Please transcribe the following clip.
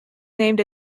named